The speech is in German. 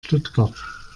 stuttgart